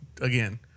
Again